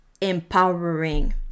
empowering